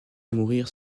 mourir